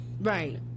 Right